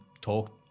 talk